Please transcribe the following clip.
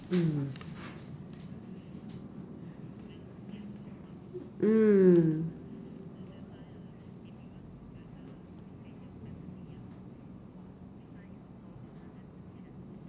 mm